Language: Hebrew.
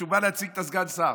כשהוא בא להציג את סגן השר.